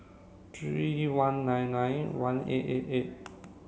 three one nine nine one eight eight eight